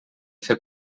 fer